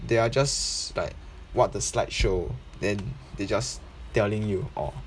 they are just like what the slide show then they just telling you orh